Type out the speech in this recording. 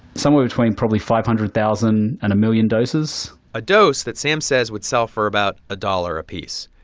somewhere between, probably, five hundred thousand and a million doses a dose that sam says would sell for about a dollar apiece,